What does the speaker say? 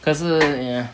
可是 ya